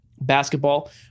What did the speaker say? basketball